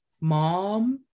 mom